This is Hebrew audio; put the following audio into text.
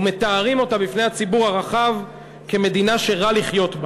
ומתארים אותה בפני הציבור הרחב כמדינה שרע לחיות בה.